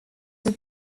were